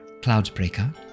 Cloudbreaker